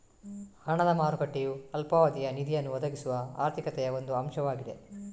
ಹಣದ ಮಾರುಕಟ್ಟೆಯು ಅಲ್ಪಾವಧಿಯ ನಿಧಿಯನ್ನು ಒದಗಿಸುವ ಆರ್ಥಿಕತೆಯ ಒಂದು ಅಂಶವಾಗಿದೆ